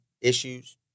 issues